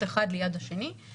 אחד ליד השני,